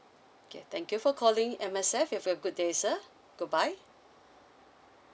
okay thank you for calling M_S_F you have a good day sir goodbye